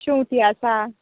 शेंवती आसा